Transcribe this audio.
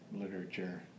literature